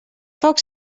foc